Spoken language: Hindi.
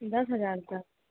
दस हजार तक